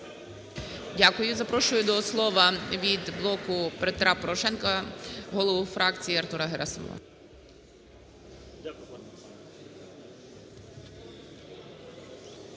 Дякую. Запрошую до слова від "Блоку Петра Порошенка" голову фракції Артура Герасимова.